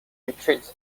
retreat